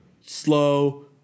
slow